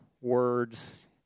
words